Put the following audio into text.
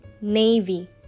Navy